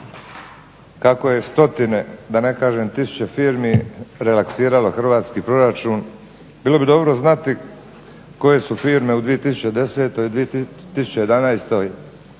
kako je stotine da ne kažem tisuće firmi relaksiralo hrvatski proračun. Bilo bi dobro znati koje su firme u 2010., 2011.